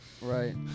right